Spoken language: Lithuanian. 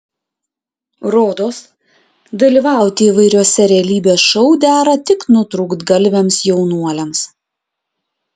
rodos dalyvauti įvairiuose realybės šou dera tik nutrūktgalviams jaunuoliams